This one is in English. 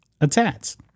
Attacks